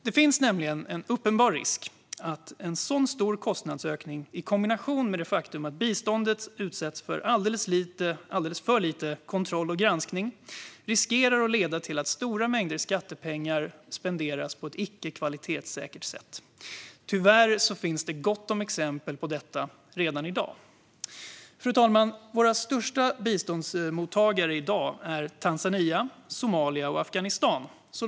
Det finns nämligen en uppenbar risk för att en så stor kostnadsökning, i kombination med det faktum att biståndet utsätts för alldeles för lite kontroll och granskning, riskerar att leda till att stora mängder skattepengar spenderas på ett icke kvalitetssäkert sätt. Tyvärr finns det gott om exempel på detta redan i dag. Fru talman! Våra största biståndsmottagare är i dag Tanzania, Somalia och Afghanistan.